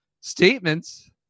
statements